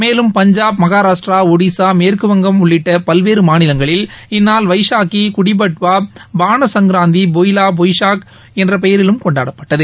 மேலும் பஞ்சாப் மகாராஷ்டிரா ஒடிஸா மேற்குவங்க உள்ளிட்டபல்வேறுமாநிலங்களில் இந்நாள் வைஷாக்கி குடிபட்வா பாண சங்ராந்தி பொய்லாபொய்ஷாக் என்றபெயரிலும் கொண்டாடப்பட்டது